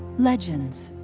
legends.